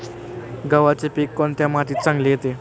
गव्हाचे पीक कोणत्या मातीत चांगले येते?